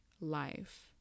life